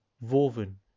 woven